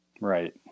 Right